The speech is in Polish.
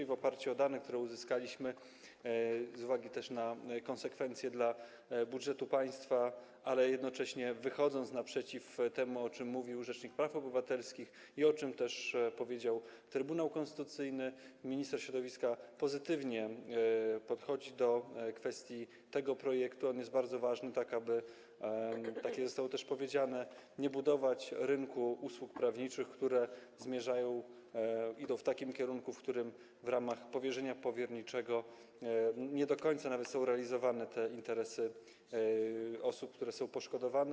I w oparciu o dane, które uzyskaliśmy z uwagi też na konsekwencje dla budżetu państwa, ale jednocześnie wychodząc naprzeciw temu, o czym mówił rzecznik praw obywatelskich i o czym też powiedział Trybunał Konstytucyjny, minister środowiska pozytywnie podchodzi do kwestii tego projektu - on jest bardzo ważny - tak aby, tak też zostało powiedziane, nie budować rynku usług prawniczych, które zmierzają, idą w takim kierunku, w którym w ramach powierzenia powierniczego nie do końca nawet są realizowane interesy osób, które są poszkodowane.